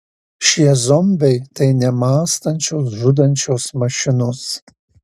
šie zombiai tai nemąstančios žudančios mašinos